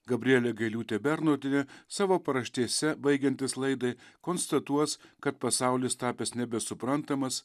gabrielė gailiūtė bernotienė savo paraštėse baigiantis laidai konstatuos kad pasaulis tapęs nebesuprantamas